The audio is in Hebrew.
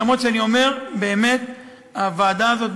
אף שאני אומר: הוועדה הזאת,